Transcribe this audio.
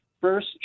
first